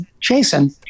Jason